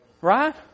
right